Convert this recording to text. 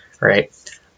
right